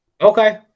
Okay